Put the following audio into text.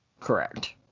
Correct